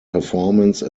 performance